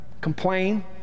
Complain